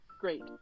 Great